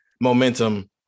momentum